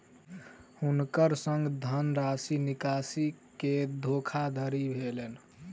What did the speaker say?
हुनकर संग धनराशि निकासी के धोखादड़ी भेलैन